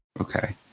Okay